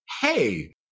Hey